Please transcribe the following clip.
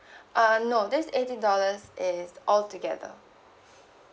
uh no this eighty dollars is all together